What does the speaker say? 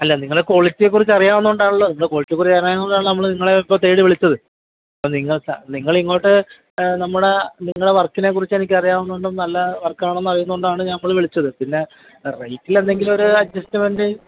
അല്ല നിങ്ങളുടെ ക്വാളിറ്റിയെ കുറിച്ചറിയാവുന്നതു കൊണ്ടാണല്ലോ നിങ്ങളുടെ ക്വാളിറ്റിയെ കുറിച്ചറിയാവുന്നതു കൊണ്ടാണല്ലോ നമ്മൾ നിങ്ങളെ ഇപ്പോൾ തേടി വിളിച്ചത് അപ്പം നിങ്ങൾക്ക് നിങ്ങളിങ്ങോട്ട് നമ്മുടെ നിങ്ങളുടെ വർക്കിനെ കുറിച്ചെനിക്കറിയാവുന്ന കൊണ്ടും നല്ല വർക്കാണെന്ന് അറിയുന്നതു കൊണ്ടാണ് നമ്മൾ വിളിച്ചത് പിന്നെ റേറ്റിൽ എന്തെങ്കിലും ഒരു അഡ്ജസ്റ്റ്മെൻറ്റ്